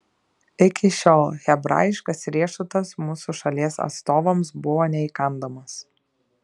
iki šiol hebrajiškas riešutas mūsų šalies atstovams buvo neįkandamas